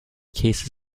cases